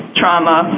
trauma